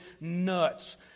nuts